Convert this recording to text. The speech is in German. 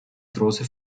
große